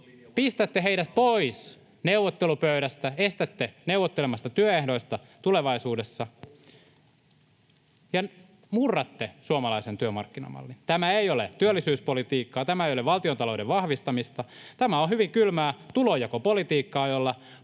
pistätte heidät pois neuvottelupöydästä ja estätte neuvottelemasta työehdoista tulevaisuudessa. Te murratte suomalaisen työmarkkinamallin. Tämä ei ole työllisyyspolitiikkaa. Tämä ei ole valtiontalouden vahvistamista. Tämä on hyvin kylmää tulonjakopolitiikkaa, jolla